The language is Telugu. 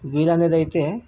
వీలన్నదైతే